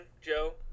Joe